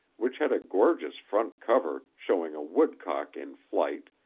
which had a gorgeous front cover showing a woodcock in flight,